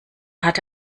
hatte